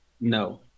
No